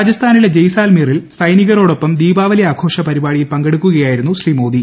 രാജസ്ഥാനിലെ ജയ് സാൽമീറിൽ സൈനികരോടൊപ്പം ദീപാവലി ആഘോഷ പരിപാടിയിൽ പങ്കെടുക്കുകയായിരുന്നു ശ്രീ മോദി